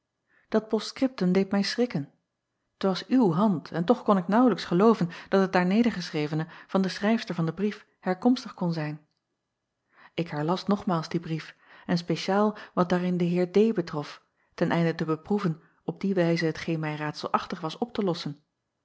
at post-scriptum deed mij schrikken t was uw hand en toch kon ik naauwlijks gelooven dat het daar nedergeschrevene van de schrijfster van den brief herkomstig kon zijn k herlas nogmaals dien brief en spetiaal wat daarin den eer betrof ten einde te beproeven op die wijze hetgeen mij raadselachtig was acob van ennep laasje evenster delen op te lossen